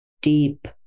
deep